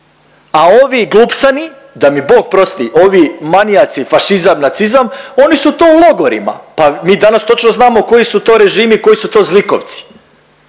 A ovi glupsani, da mi Bog prosti, ovi manijaci fašizam, nacizam, oni su to u logorima. Pa mi danas točno znamo koji su to režimi koji su to zlikovci.